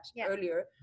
earlier